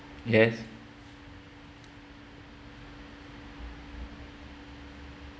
yes